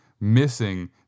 missing